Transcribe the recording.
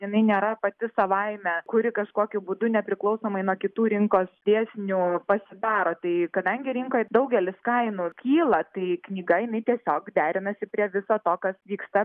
jinai nėra pati savaime kuri kažkokiu būdu nepriklausomai nuo kitų rinkos dėsnių pasidaro tai kadangi rinkoje daugelis kainų kyla tai knyga jinai tiesiog derinasi prie viso to kas vyksta